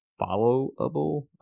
Followable